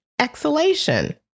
Exhalation